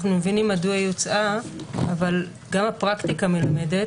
אנחנו מבינים מדוע היא הוצאה אבל גם הפרקטיקה מלמדת